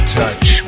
touch